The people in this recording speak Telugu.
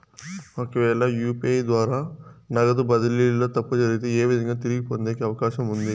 ఒకవేల యు.పి.ఐ ద్వారా నగదు బదిలీలో తప్పు జరిగితే, ఏ విధంగా తిరిగి పొందేకి అవకాశం ఉంది?